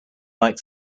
like